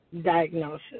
diagnosis